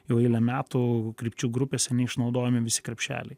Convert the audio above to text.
jau eilę metų krypčių grupėse neišnaudojami visi krepšeliai